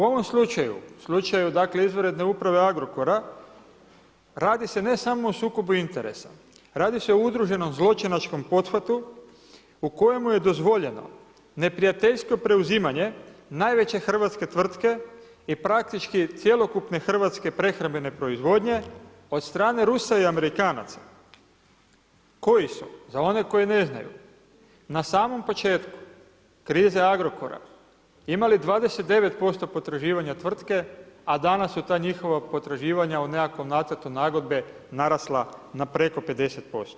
U ovom slučaju, slučaju izvanredne uprave Agrokora, radi se ne samo o sukobu interesa, radi se o udruženom zločinačkom poduhvatu, u kojima je dozvoljeno neprijateljsko preuzimanje, najveće hrvatske tvrtke i praktički cjelokupne hrvatske prehrambene proizvodnje, od strane Rusa i Amerikanaca, koji su, za one koji ne znaju, na samom početku, krize Agrokora imali 29% potraživanja tvrtke a danas su ta njihova potraživanja u nekakvom nacrtu nagodbe, narasla na preko 50%